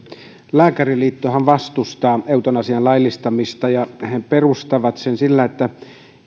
lääkäriliittohan vastustaa eutanasian laillistamista ja he perustelevat sen sillä että